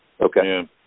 Okay